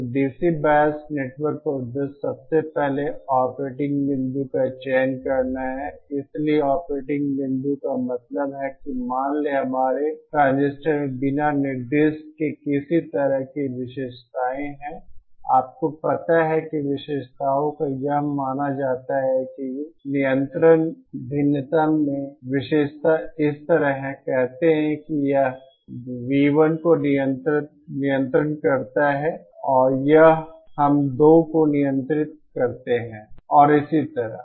तो DC bias network का उद्देश्य सबसे पहले ऑपरेटिंग बिंदु का चयन करना है इसलिए ऑपरेटिंग बिंदु का मतलब है कि मान लें कि हमारे ट्रांजिस्टर में बिना निर्दिष्ट के किस तरह की विशेषताएँ हैं आपको पता है कि विशेषताओं को यह माना जाता है कि नियंत्रण भिन्नता में विशेषताएं इस तरह हैं कहते हैं कि यह V 1 को नियंत्रण करता है यह हम 2 को नियंत्रित करते हैं और इसी तरह